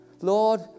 Lord